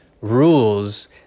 rules